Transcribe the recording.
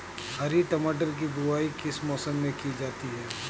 हरी मटर की बुवाई किस मौसम में की जाती है?